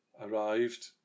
arrived